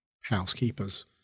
housekeepers